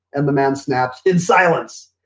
and the man snaps, in silence.